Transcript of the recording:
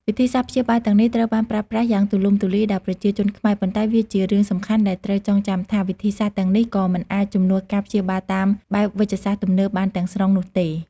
វិធីសាស្ត្រព្យាបាលទាំងនេះត្រូវបានប្រើប្រាស់យ៉ាងទូលំទូលាយដោយប្រជាជនខ្មែរ ប៉ុន្តែវាជារឿងសំខាន់ដែលត្រូវចងចាំថា វិធីសាស្ត្រទាំងនេះក៏មិនអាចជំនួសការព្យាបាលតាមបែបវេជ្ជសាស្ត្រទំនើបបានទាំងស្រុងនោះទេ។